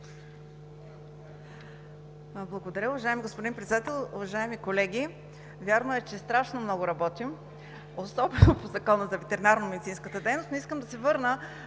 Благодаря. Уважаеми господин Председател, уважаеми колеги! Вярно е, че страшно много работим, особено по Закона за ветеринарномедицинската дейност, но искам да се върна